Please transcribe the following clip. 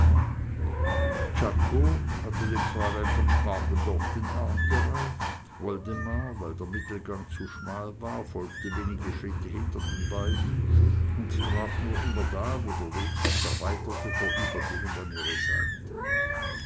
czako hatte dem fräulein von schmargendorf den arm gereicht woldemar weil der mittelgang zu schmal war folgte wenige schritte hinter den beiden und trat nur immer da wo der weg sich erweiterte vorübergehend an ihre seite